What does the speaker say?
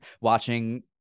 watching